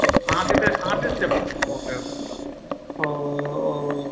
മ് ആദ്യത്തെ ആദ്യ സ്റ്റെപ്പാണ് ഓക്കെ ഓ ഓ